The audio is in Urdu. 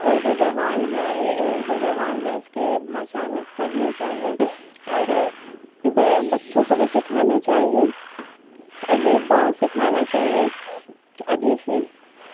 اردو جوان ہے یہ اردو جوان ہے اس کی بھاشا ہمیں پڑھنی چاہیے اور بچوں کو بھی سکھانا چاہیے علی با سکھانا چاہیے ابھی سے